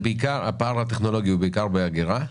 הפער הטכנולוגי הוא בעיקר באגירה?